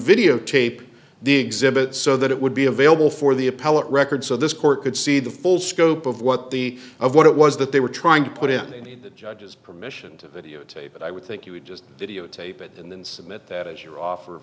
videotape the exhibits so that it would be available for the appellate record so this court could see the full scope of what the of what it was that they were trying to put in the judge's permission to videotape and i would think you would just videotape it and then submit that as your offer